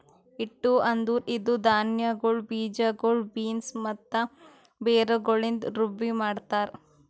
ಹಿಟ್ಟು ಅಂದುರ್ ಇದು ಧಾನ್ಯಗೊಳ್, ಬೀಜಗೊಳ್, ಬೀನ್ಸ್ ಮತ್ತ ಬೇರುಗೊಳಿಂದ್ ರುಬ್ಬಿ ಮಾಡ್ತಾರ್